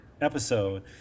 episode